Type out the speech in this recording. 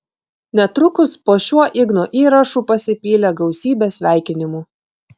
netrukus po šiuo igno įrašu pasipylė gausybė sveikinimų